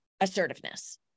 assertiveness